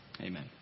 Amen